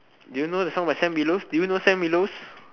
do you know the song my Sam Willows do you know Sam Willows